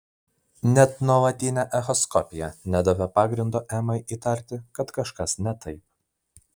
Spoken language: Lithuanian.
net nuolatinė echoskopija nedavė pagrindo emai įtarti kad kažkas ne taip